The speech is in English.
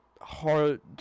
hard